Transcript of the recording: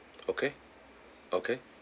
okay okay